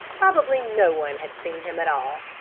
probably no one had seen him at all,